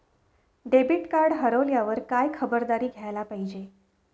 Debit card हरवल्यावर काय खबरदारी घ्यायला पाहिजे?